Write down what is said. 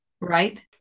right